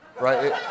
right